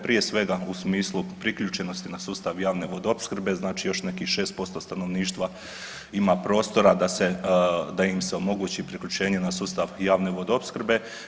Prije svega u smislu priključenosti na sustav javne vodoopskrbe, znači još nekih 6% stanovništva ima prostora da se, da im se omogući priključenje na sustav javne vodoopskrbe.